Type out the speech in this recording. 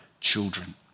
children